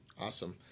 Awesome